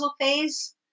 phase